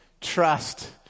trust